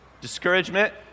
Discouragement